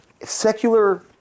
secular